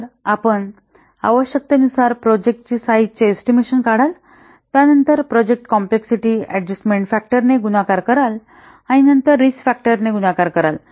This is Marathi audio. तर आपण आवश्यकतेनुसार प्रोजेक्ट साईझचे एस्टिमेशन काढाल त्यानंतर प्रोजेक्टकॉम्प्लेक्सिटी अडजस्टमेन्ट फॅक्टर ने गुणाकार कराल आणि नंतर रिस्क फॅक्टर गुणाकार कराल